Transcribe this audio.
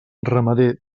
ramader